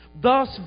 thus